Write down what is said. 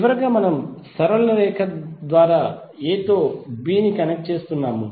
చివరగా మనం సరళ రేఖ ద్వారా a తో b ని కనెక్ట్ చేస్తున్నాము